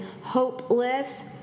hopeless